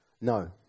No